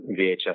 VHS